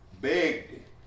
begged